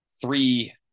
three